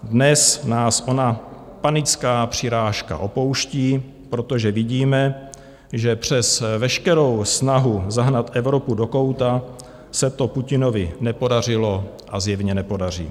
Dnes nás ona panická přirážka opouští, protože vidíme, že přes veškerou snahu zahnat Evropu do kouta se to Putinovi nepodařilo a zjevně nepodaří.